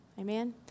Amen